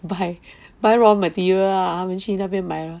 buy buy raw material lah 他们去那边买